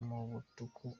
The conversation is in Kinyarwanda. mutuku